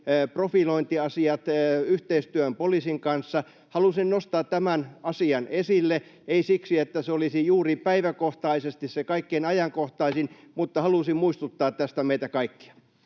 profilointiasiat, yhteistyön poliisin kanssa. Halusin nostaa tämän asian esille, ei siksi, että se olisi juuri päiväkohtaisesti se kaikkein ajankohtaisin, mutta halusin muistuttaa tästä meitä kaikkia.